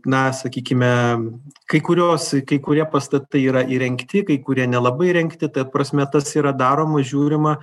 na sakykime kai kurios kai kurie pastatai yra įrengti kai kurie nelabai įrengti ta prasme tas yra daroma žiūrima